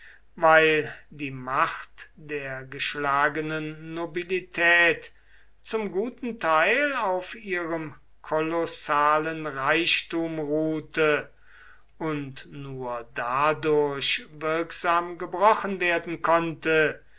weil die macht der geschlagenen nobilität zum guten teil auf ihrem kolossalen reichtum ruhte und nur dadurch wirksam gebrochen werden konnte